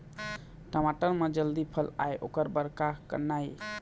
टमाटर म जल्दी फल आय ओकर बर का करना ये?